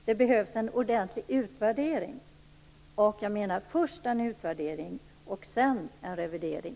Det behövs en ordentlig utvärdering, menar jag, och därefter en eventuell revidering.